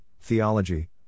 theology